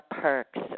perks